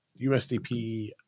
USDP